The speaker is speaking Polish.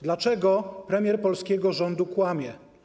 Dlaczego premier polskiego rządu kłamie?